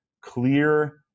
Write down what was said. clear